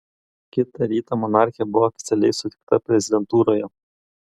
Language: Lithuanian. kitą rytą monarchė buvo oficialiai sutikta prezidentūroje